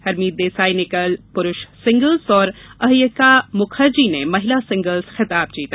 हरमीत देसाई ने कल पुरुष सिंगल्स और अयहिका मुखर्जी ने महिला सिंगल्स खिताब जीता